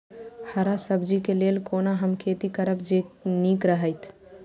हरा सब्जी के लेल कोना हम खेती करब जे नीक रहैत?